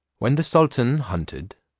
when the sultan hunted,